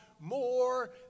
more